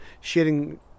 Sharing